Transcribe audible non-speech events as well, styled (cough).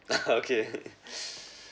(laughs) okay